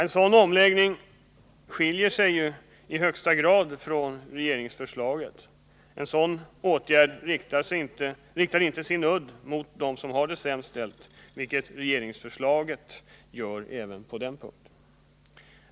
En sådan omläggning skiljer sig i högsta grad från regeringsförslaget. En sådan åtgärd riktar inte sin udd mot dem som har det sämre ställt — vilket regeringsförslaget gör även på denna punkt.